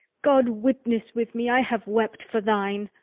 god witness with me, i have wept for thine.